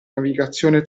navigazione